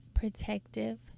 protective